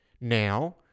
now